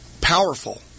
powerful